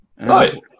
right